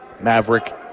Maverick